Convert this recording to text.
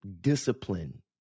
Discipline